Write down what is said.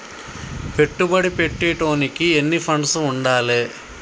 పెట్టుబడి పెట్టేటోనికి ఎన్ని ఫండ్స్ ఉండాలే?